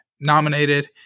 nominated